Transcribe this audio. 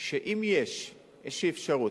שאם יש איזו אפשרות,